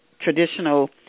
traditional